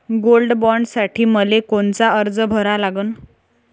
Gold बॉण्डसाठी मले कोनचा अर्ज भरा लागन?